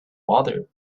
father